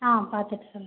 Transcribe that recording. ஆ பார்த்துட்டு சொல்லுங்கள்